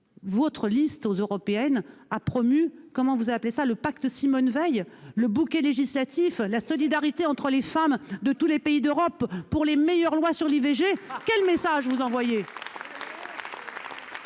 Votre liste aux élections européennes a promu le « pacte Simone Veil », le « bouquet législatif », la solidarité entre les femmes de tous les pays d'Europe pour les meilleures lois sur l'IVG. Quel message envoyez-vous